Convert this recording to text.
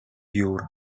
jur